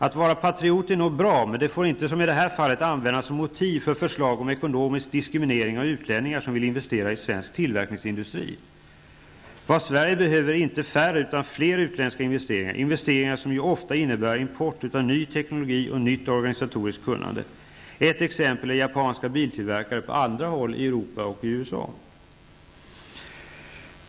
Att vara patriot är nog bra, men det får inte som i detta fall användas som motiv för förslag om ekonomisk diskriminering av utlänningar som vill investera i svensk tillverkningsindustri. Vad Sverige behöver är inte färre utan fler utländska investeringar, investeringar som ju ofta innebär import av ny teknologi och nytt organisatoriskt kunnande. Ett exempel är japanska biltillverkare på andra håll i Europa och i USA.